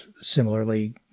similarly